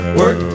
work